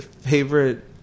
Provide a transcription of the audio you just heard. favorite